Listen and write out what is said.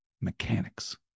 mechanics